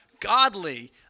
Godly